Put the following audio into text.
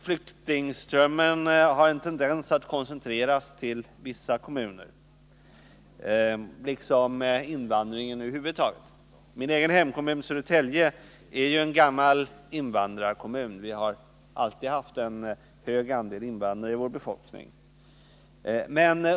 Flyktingströmmen har en tendens att koncentreras till vissa kommuner, liksom invandringen över huvud taget. Min hemkommun, Södertälje, är en gammal invandrarkommun. Vi har alltid haft en hög andel invandrare i vår befolkning.